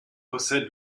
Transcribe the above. possède